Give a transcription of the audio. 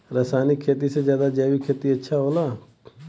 रासायनिक खेती से ज्यादा जैविक खेती अच्छा होला